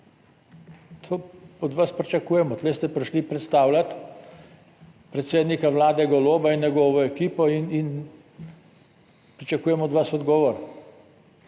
To od vas pričakujemo, tu ste prišli predstavljati predsednika vlade Goloba in njegovo ekipo in pričakujem od vas odgovor.